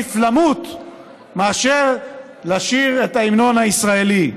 מעדיף למות מאשר לשיר את ההמנון הישראלי.